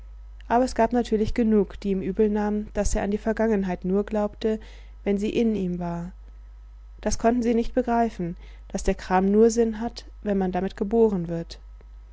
aber es gab natürlich genug die ihm übelnahmen daß er an die vergangenheit nur glaubte wenn sie in ihm war das konnten sie nicht begreifen daß der kram nur sinn hat wenn man damit geboren wird